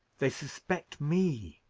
they suspect me.